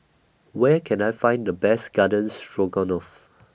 Where Can I Find The Best Garden Stroganoff